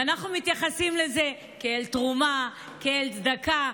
ואנחנו מתייחסים לזה כאל תרומה, כאל צדקה.